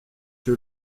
que